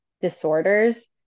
disorders